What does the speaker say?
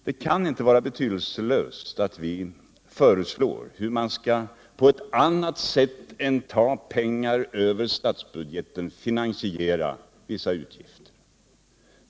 Det kan inte vara betydelselöst att vi föreslår att man på ett annat sätt än genom att ta pengar över statsbudgeten finansierar vissa utgifter.